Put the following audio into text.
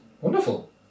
Wonderful